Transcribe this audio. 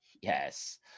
yes